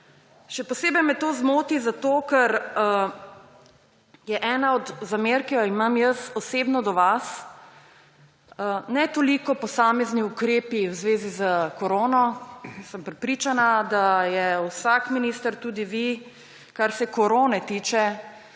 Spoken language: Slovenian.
Še posebej me to zmoti zato, ker je ena od zamer, ki jo imam jaz osebno do vas, ne toliko posamezni ukrepi v zvezi s korono. In sem prepričana, da je vsak minister, tudi vi, kar se korone tiče,